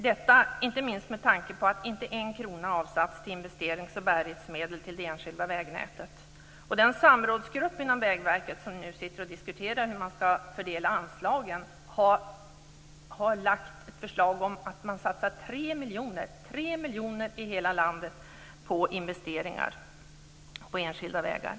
Detta inte minst med tanke på att inte en krona avsatts till investerings och bärighetsmedel till det enskilda vägnätet. Den samrådsgrupp inom Vägverket som nu diskuterar hur man skall fördela anslagen har lagt fram ett förslag om att satsa 3 miljoner i hela landet på investeringar på enskilda vägar.